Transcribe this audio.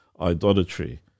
idolatry